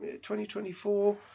2024